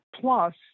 Plus